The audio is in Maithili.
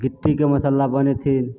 गिट्टीके मसल्ला बनेथिन